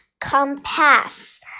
compass